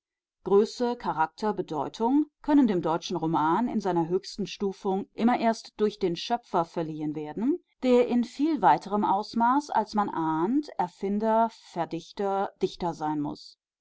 charakter bedeutung können dem deutschen roman in seiner höchsten stufung immer erst durch den schöpfer verliehen werden der in viel weiterem ausmaß als man ahnt erfinder verdichter dichter sein muß